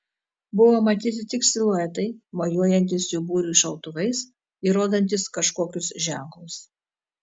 buvo matyti tik siluetai mojuojantys jų būriui šautuvais ir rodantys kažkokius ženklus